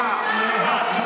עוברים להצבעה.